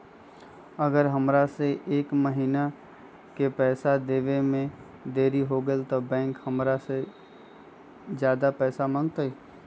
अगर हमरा से एक महीना के पैसा देवे में देरी होगलइ तब बैंक हमरा से ज्यादा पैसा मंगतइ?